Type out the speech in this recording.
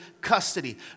custody